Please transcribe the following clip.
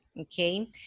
Okay